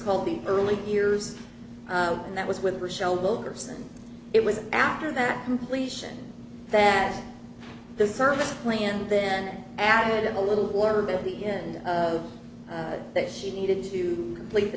called the early years and that was with her shoulders and it was after that completion that the service plan then added a little blurb at the end that she needed to complete the